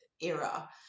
era